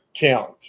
count